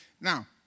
Now